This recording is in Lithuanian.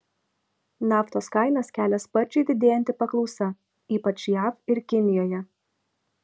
naftos kainas kelia sparčiai didėjanti paklausa ypač jav ir kinijoje